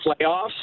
playoffs